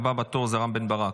הבא בתור זה רם בן ברק.